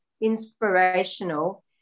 inspirational